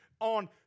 on